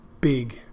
big